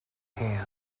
hand